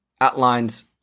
outlines